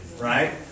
right